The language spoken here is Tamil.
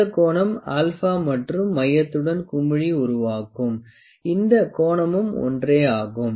இந்த கோணம் α மற்றும் மையத்துடன் குமிழி உருவாக்கும் இந்த கோணமும் ஒன்றே ஆகும்